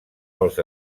pels